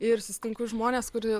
ir susitinku žmones kuri